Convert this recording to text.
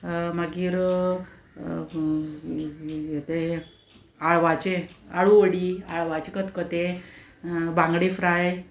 मागीर तें आळवाचे आळू वडी आळवाचे खतखतें बांगडे फ्राय